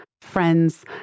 friends